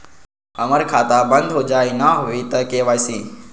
हमर खाता बंद होजाई न हुई त के.वाई.सी?